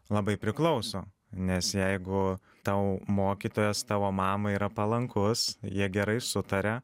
labai priklauso nes jeigu tau mokytojas tavo mamai yra palankus jie gerai sutaria